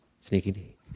Sneaky